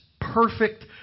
perfect